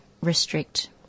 restrict